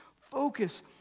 focus